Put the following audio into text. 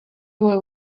boy